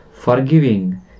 forgiving